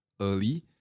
Early